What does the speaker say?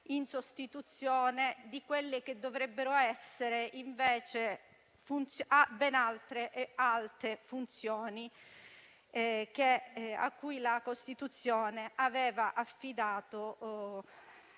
in sostituzione di quelle che dovrebbero essere, invece, ben altre e alte funzioni che la Costituzione aveva affidato